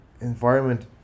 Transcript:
environment